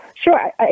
Sure